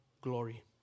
Glory